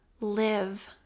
live